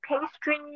pastry